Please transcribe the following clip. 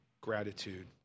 gratitude